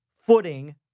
footing